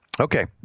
Okay